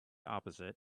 opposite